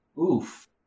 Oof